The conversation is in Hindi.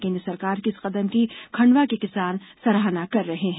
केंद्र सरकार के इस कदम की खंडवा के किसान सराहना कर रहे हैं